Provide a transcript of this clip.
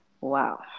Wow